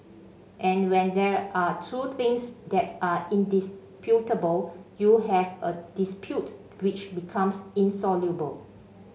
and when there are two things that are indisputable you have a dispute which becomes insoluble